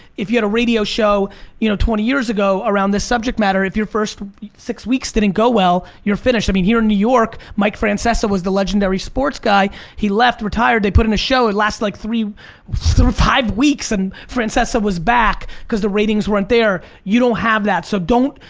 if you had a radio show you know twenty years ago around this subject matter, if your first six weeks didn't go well you're finished, i mean here in new york, mike francesa was the legendary sports guy he left, retired, they put in a show, it lasted like five weeks and francesa was back. cause the ratings weren't there. you don't have that, so don't,